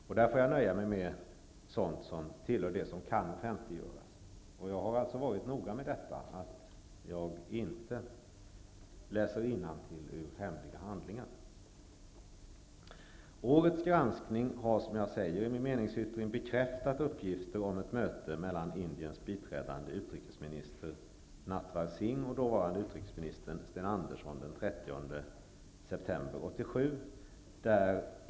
Jag får nöja mig med sådant som kan offentliggöras. Jag har varit noggrann med att inte läsa innantill ur hemliga handlingar. Årets granskning har, som jag framhåller i min meningsyttring, bekräftat uppgifter om ett möte mellan Indiens biträdande utrikesminister Natwar Singh och dåvarande utrikesministern Sten Andersson den 30 september 1987.